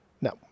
No